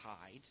hide